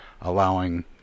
allowing